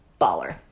baller